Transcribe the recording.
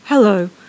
Hello